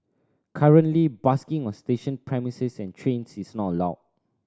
currently busking on station premises and trains is not allowed